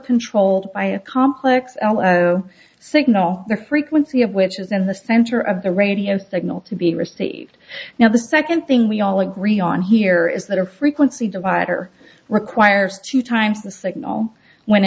controlled by a complex signal the frequency of which is in the center of the radio signal to be received now the second thing we all agree on here is that our frequency divider requires two times the signal when